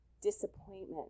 disappointment